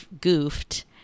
goofed